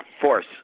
force